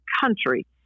country